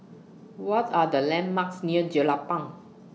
What Are The landmarks near Jelapang